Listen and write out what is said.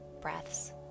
breaths